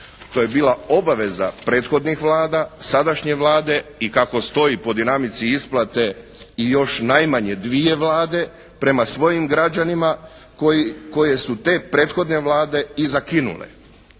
To je bila obaveza prethodnih vlada, sadašnje Vlade i kako stoji po dinamici isplate i još najmanje dvije vlade prema svojim građanima koje su te prethodne vlade i zakinule.